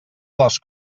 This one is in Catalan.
les